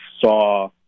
saw